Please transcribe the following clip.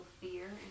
fear